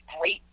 great